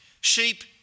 Sheep